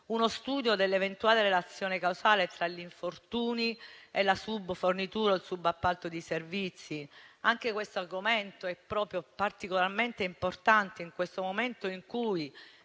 uno studio dell'eventuale relazione causale tra gli infortuni e la subfornitura o il subappalto di servizi. Anche questo argomento è particolarmente importante in questo momento in cui,